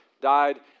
died